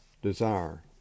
Desire